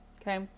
okay